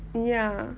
ya